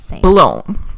blown